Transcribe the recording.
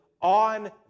on